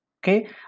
Okay